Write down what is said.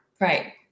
Right